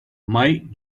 might